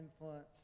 influence